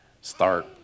start